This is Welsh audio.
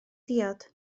diod